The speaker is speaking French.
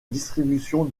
distribution